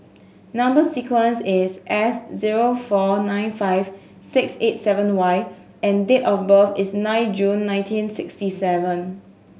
number sequence is S zero four nine five six eight seven Y and date of birth is nine June nineteen sixty seven